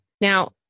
Now